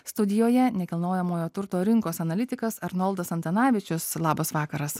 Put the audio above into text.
studijoje nekilnojamojo turto rinkos analitikas arnoldas antanavičius labas vakaras